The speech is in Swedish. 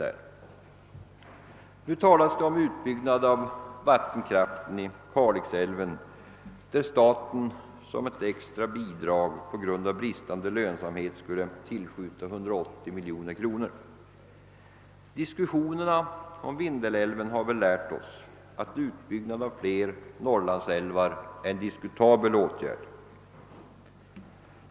Det talas nu om en utbyggnad av vattenkraften i Kalixälven, varvid staten som ett speciellt bidrag på grund av bristande lönsamhet skulle tillskjuta 180 miljoner kronor. Diskussionerna om Vindelälven har lärt oss att utbyggnad av ytterligare Norrlandsälvar är en diskutabel åtgärd.